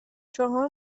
چهار